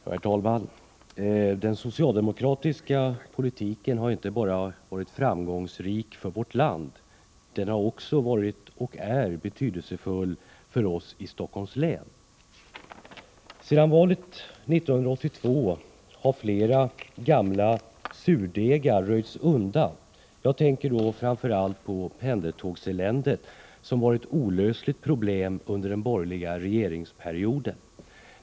Herr talman! Den socialdemokratiska politiken har inte bara varit framgångsrik för vårt land. Den har också varit, och är, betydelsefull för oss i Stockholms län. Sedan valet 1982 har flera gamla surdegar röjts undan. Jag tänker då framför allt på det s.k. pendelstågseländet, som var ett olösligt problem under den borgerliga regeringsperioden.